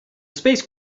space